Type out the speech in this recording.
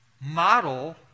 model